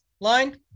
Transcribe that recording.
line